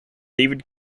david